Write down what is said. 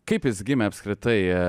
kaip jis gimė apskritai